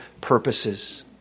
purposes